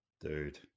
Dude